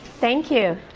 thank you.